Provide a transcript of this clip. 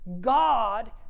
god